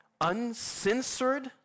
uncensored